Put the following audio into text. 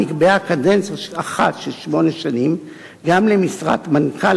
נקבעה קדנציה אחת של שמונה שנים גם למשרת מנכ"ל